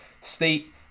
State